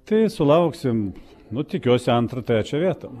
tai sulauksime nu tikiuosi antrą trečią vietą